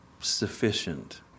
sufficient